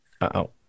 Uh-oh